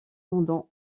pendant